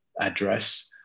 address